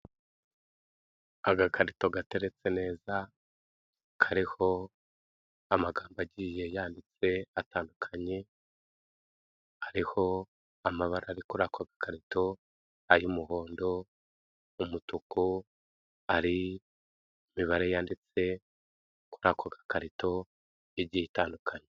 Agakarito gateretse neza, Kariho amagambo agiye yanditswe atandukanye, Hariho amabara ari kuri ako gakarito ay'umuhondo, umutuku, ari imibare yanditse kuri ako gakarito igiye itandukanye.